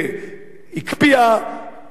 שהקפיאה,